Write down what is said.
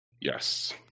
Yes